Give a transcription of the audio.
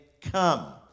come